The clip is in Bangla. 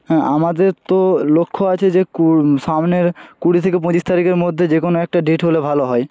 হ্যাঁ আমাদের তো লক্ষ্য আছে যে কুড়ি সামনের কুড়ি থেকে পঁচিশ তারিখের মধ্যে যে কোনো একটা ডেট হলে ভালো হয়